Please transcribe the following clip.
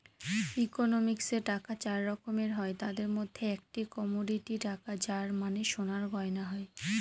ইকোনমিক্সে টাকা চার রকমের হয় তাদের মধ্যে একটি কমোডিটি টাকা যার মানে সোনার গয়না হয়